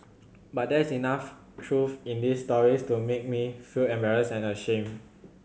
but there is enough truth in these stories to make me feel embarrassed and ashamed